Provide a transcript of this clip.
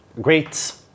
Great